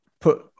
put